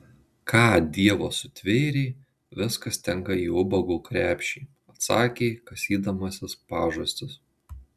ką dievas sutvėrė viskas tinka į ubago krepšį atsakė kasydamasis pažastis